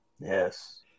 Yes